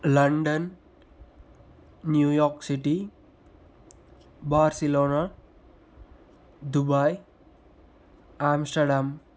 London New York City Barcelona Dubai Amsterdam